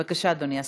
בבקשה, אדוני השר.